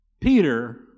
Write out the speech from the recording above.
Peter